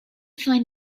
find